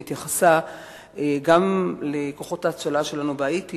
שהתייחסה גם לכוחות ההצלה שלנו בהאיטי